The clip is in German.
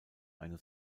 eine